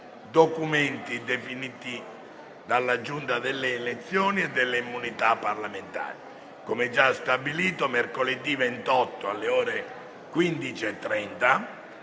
documenti definiti dalla Giunta delle elezioni e delle immunità parlamentari. Come già stabilito, mercoledì 28, alle ore 15,30,